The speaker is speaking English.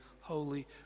holy